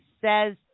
says